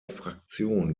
fraktion